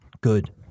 good